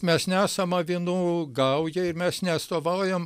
mes nesam avinų gauja ir mes neatstovaujam